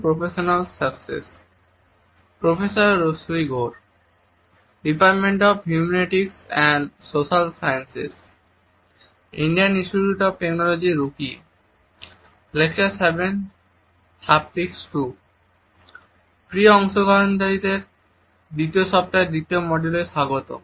প্রিয় অংশগ্রহণকারীদের 2য় সপ্তাহের 2য় মডিউলে স্বাগতম